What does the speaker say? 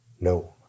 No